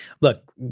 Look